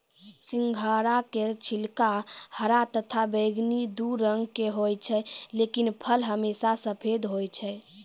सिंघाड़ा के छिलका हरा तथा बैगनी दू रंग के होय छै लेकिन फल हमेशा सफेद होय छै